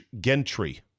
gentry